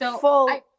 full